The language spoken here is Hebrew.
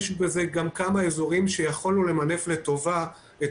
יש בזה גם כמה אזורים שיכלנו למנף לטובה את